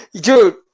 dude